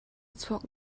chuak